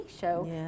show